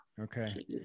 Okay